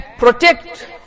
protect